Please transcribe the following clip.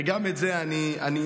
וגם את זה אני זוכר.